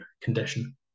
condition